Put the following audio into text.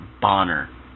Bonner